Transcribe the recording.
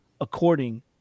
according